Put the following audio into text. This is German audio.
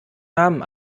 namen